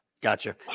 gotcha